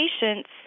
patients